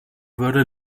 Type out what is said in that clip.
würde